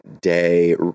day